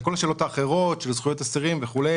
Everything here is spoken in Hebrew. כל השאלות האחרות של זכויות אסירים וכו',